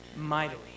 mightily